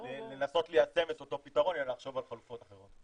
לנסות ליישם את אותו פתרון אלא לחשוב על חלופות אחרות.